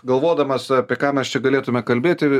galvodamas apie ką mes čia galėtumėme kalbėti